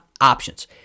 options